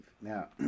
Now